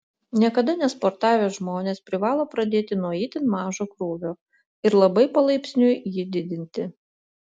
niekada nesportavę žmonės privalo pradėti nuo itin mažo krūvio ir labai palaipsniui jį didinti